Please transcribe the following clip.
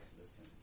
listen